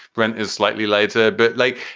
brent is slightly lighter, but like.